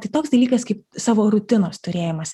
tai toks dalykas kaip savo rutinos turėjimas